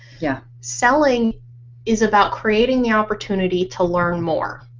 yeah selling is about creating the opportunity to learn more.